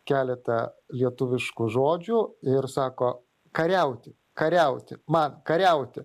keletą lietuviškų žodžių ir sako kariauti kariauti man kariauti